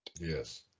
Yes